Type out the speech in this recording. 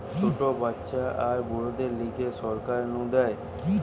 ছোট বাচ্চা আর বুড়োদের লিগে সরকার নু দেয়